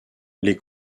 les